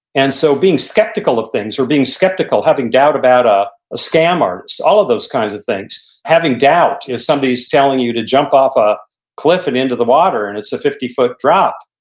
and so being skeptical of things or being skeptical, having doubt about ah a scam artist, all of those kinds of things. having doubt if somebody's telling you to jump off a cliff and into the water and it's a fifty foot drop,